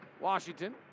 Washington